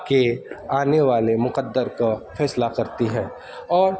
کے آنے والے مقدر کا فیصلہ کرتی ہے اور